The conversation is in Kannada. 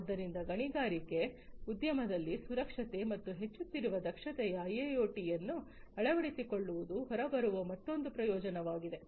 ಆದ್ದರಿಂದ ಗಣಿಗಾರಿಕೆ ಉದ್ಯಮದಲ್ಲಿ ಸುರಕ್ಷತೆ ಮತ್ತು ಹೆಚ್ಚುತ್ತಿರುವ ದಕ್ಷತೆಯು ಐಐಒಟಿಯನ್ನು ಅಳವಡಿಸಿಕೊಳ್ಳುವುದರಿಂದ ಹೊರಬರುವ ಮತ್ತೊಂದು ಪ್ರಯೋಜನವಾಗಿದೆ